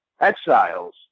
exiles